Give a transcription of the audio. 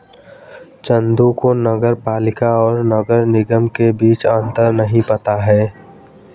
चंदू को नगर पालिका और नगर निगम के बीच अंतर नहीं पता है